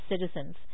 citizens